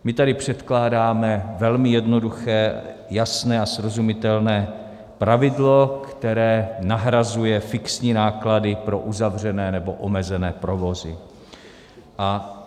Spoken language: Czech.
My tady předkládáme velmi jednoduché, jasné a srozumitelné pravidlo, které nahrazuje fixní náklady pro uzavřené nebo omezené provozy.